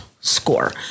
score